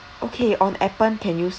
okay on appen can use